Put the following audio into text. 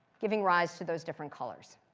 giving rise to those different colors.